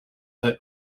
her